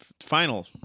final